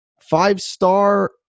five-star